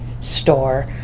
store